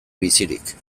bizirik